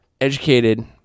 educated